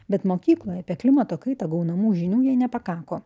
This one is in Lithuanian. bet mokykloje apie klimato kaitą gaunamų žinių jai nepakako